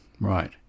right